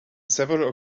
several